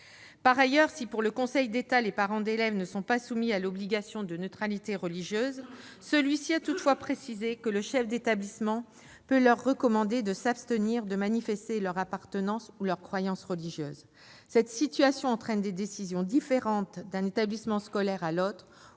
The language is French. Par ailleurs, si le Conseil d'État estime que les parents d'élèves ne sont pas soumis à l'obligation de neutralité religieuse, il a toutefois précisé que le chef d'établissement peut leur recommander de s'abstenir de manifester leur appartenance ou leur croyance religieuses. Cette situation entraîne des décisions différentes d'un établissement scolaire à l'autre,